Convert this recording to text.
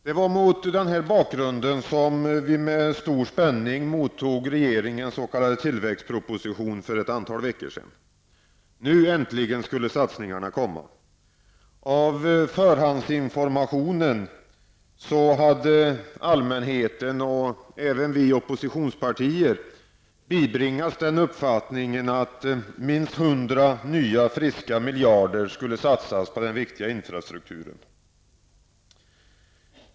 Det var mot den här bakgrunden som vi för ett antal veckor sedan med stor spänning mottog regeringens s.k. tillväxtproposition. Nu äntligen skulle satsningarna komma. Av förhandsinformationen så hade allmänheten och även vi inom oppositionspartierna bibringats den uppfattningen att minst hundra nya friska miljarder skulle satsas på den viktiga infrastrukturen.